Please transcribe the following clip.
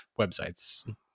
websites